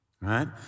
right